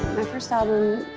first album,